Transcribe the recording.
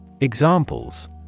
Examples